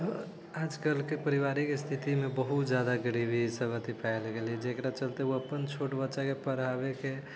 आजकल के पारिवारिक स्थिति मे बहुत ज्यादा गरीबी इसब अथी पायल गेलै जेकरा चलते ओ अपन छोट बच्चा के पढ़ाबे के